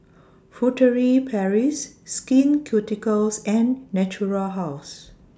Furtere Paris Skin Ceuticals and Natura House